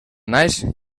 naix